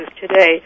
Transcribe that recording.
today